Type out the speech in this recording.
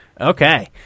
Okay